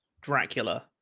Dracula